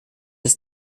das